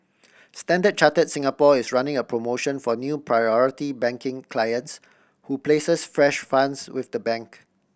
Standard Chartered Singapore is running a promotion for new Priority Banking clients who places fresh funds with the bank